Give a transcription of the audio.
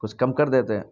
کچھ کم کر دیتے